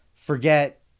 forget